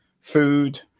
food